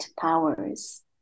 powers